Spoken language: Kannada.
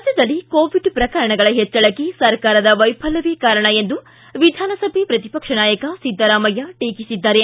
ರಾಜ್ಯದಲ್ಲಿ ಕೋವಿಡ್ ಪ್ರಕರಣಗಳ ಹೆಚ್ಚಳಕ್ಕೆ ಸರ್ಕಾರದ ವೈಫಲ್ಯವೇ ಕಾರಣ ಎಂದು ವಿಧಾನಸಭೆ ಪ್ರತಿಪಕ್ಷ ನಾಯಕ ಸಿದ್ದರಾಮಯ್ಯ ಟೀಕಿಸಿದ್ದಾರೆ